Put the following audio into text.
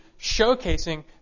showcasing